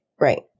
Right